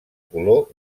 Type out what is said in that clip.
color